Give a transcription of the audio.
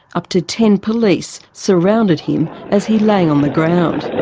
up to ten police surrounded him as he lay on the ground.